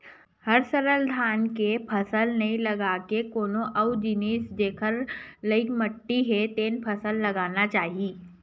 हर साल धान के फसल नइ लगा के कोनो अउ जिनिस जेखर लइक माटी हे तेन फसल लगाना चाही